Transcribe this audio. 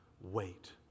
Wait